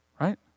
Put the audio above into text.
Right